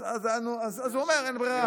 אז הוא אומר שאין ברירה.